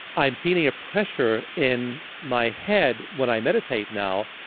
i'm feeling a pressure in my head when i meditate now.